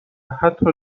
حتی